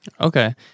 Okay